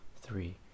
three